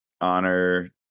honor